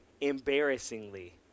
embarrassingly